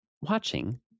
watching